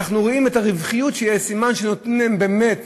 אנחנו רואים את הרווחיות, שסימן שנותנים להם באמת